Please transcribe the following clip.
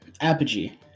apogee